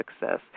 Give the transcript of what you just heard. success